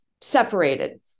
separated